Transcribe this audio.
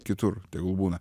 kitur tegul būna